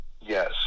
Yes